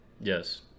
Yes